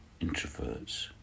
introverts